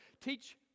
Teach